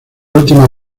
última